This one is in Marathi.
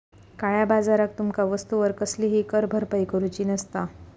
काळया बाजारात तुमका वस्तूवर कसलीही कर भरपाई करूची नसता